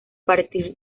partir